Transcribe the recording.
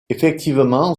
effectivement